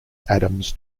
adams